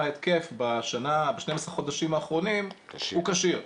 התקף ב-12 החודשים האחרונים הוא כשיר.